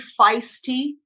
feisty